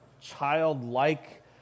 childlike